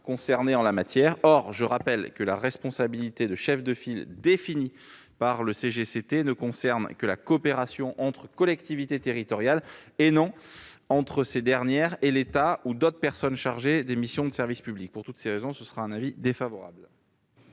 concernés en la matière. Or je rappelle que la responsabilité de chef de file, définie par le CGCT, ne concerne que la coopération entre collectivités territoriales et non entre ces dernières et l'État ou d'autres personnes chargées de missions de service public. Pour toutes ces raisons, la commission a émis un avis défavorable.